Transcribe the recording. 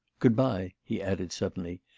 good-bye he added suddenly,